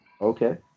Okay